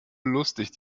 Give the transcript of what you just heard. lustig